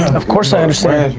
of course i understand.